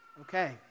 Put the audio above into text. Okay